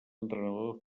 entrenador